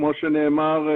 כמו שנאמר,